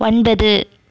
ஒன்பது